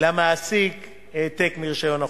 והמציאו למעסיק העתק מהרשיון כחוק.